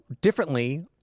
differently